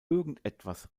irgendetwas